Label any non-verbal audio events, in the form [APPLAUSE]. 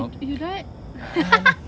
you don~ what [LAUGHS]